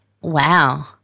wow